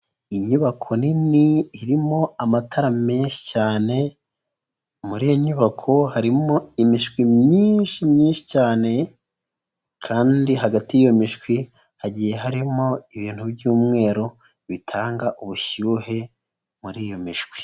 Inyubako nini irimo amatara menshi cyane, muri iyo nyubako harimo imishwi myinshi myinshi cyane kandi hagati y'iyo mishwi, hagiye harimo ibintu by'umweru, bitanga ubushyuhe muri iyo mishwi.